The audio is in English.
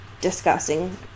discussing